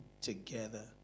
together